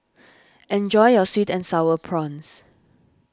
enjoy your Sweet and Sour Prawns